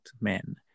men